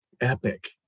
epic